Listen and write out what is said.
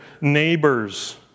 neighbors